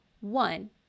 One